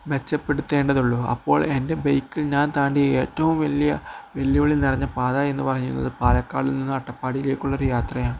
മെച്ചപ്പെടുത്തേണ്ടതുള്ളൂ അപ്പോൾ എൻ്റെ ബൈക്കിൽ ഞാൻ താണ്ടി ഏറ്റവും വലിയ വെല്ലുവിളി നിറഞ്ഞ പാത എന്നു പറയുന്നത് പാലക്കാടിൽ നിന്ന് അട്ടപ്പാടിലേക്കുള്ള ഒരു യാത്രയാണ്